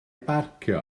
barcio